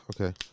Okay